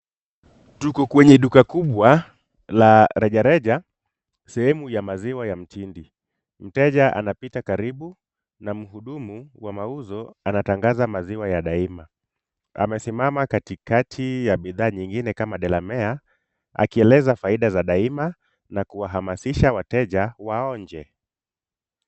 Tuko kwenye duka kubwa la rejareja sehemu ya maziwa ya mtindi. Mteja anapita karibu na mhudumu wa mauzo anatangaza maziwa ya Daima. Amesimama katikati ya bidhaa nyingine kama Delamere akieleza faida za Daima na kuwahamasisha wateja waonje.